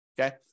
Okay